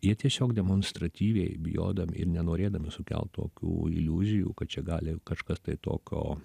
jie tiesiog demonstratyviai bijodami ir nenorėdami sukelt tokių iliuzijų kad čia gali kažkas tai tokio